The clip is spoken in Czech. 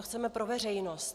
Chceme to pro veřejnost.